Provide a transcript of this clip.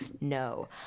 No